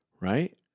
Right